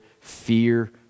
fear